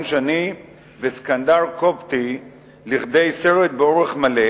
שני וסכנדר קובטי לכדי סרט באורך מלא,